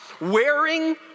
wearing